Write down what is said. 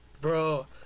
Bro